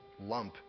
lump